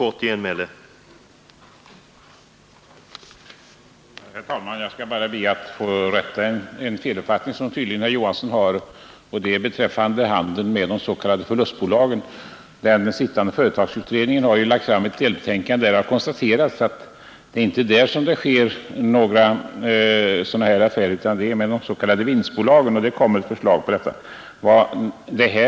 Herr talman! Jag skall bara be att få rätta en felaktighet från herr Olof Johansson, nämligen hans uppfattning beträffande handeln med de s.k. förlustbolagen. Den sittande företagsutredningen har lagt fram ett delbetänkande i vilket konstaterats att det inte är där det sker sådana affärer utan i de s.k. vinstbolagen. Företagsutredningen kommer att lägga fram ett förslag i denna fråga.